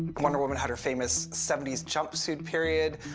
wonder woman had her famous seventy s jumpsuit period,